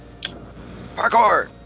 Parkour